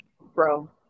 Bro